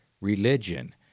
religion